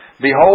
Behold